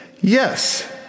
Yes